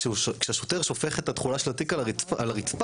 כשהשוטר שופך את התכולה של התיק על הרצפה,